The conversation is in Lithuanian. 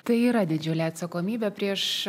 tai yra didžiulė atsakomybė prieš